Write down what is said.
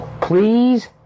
Please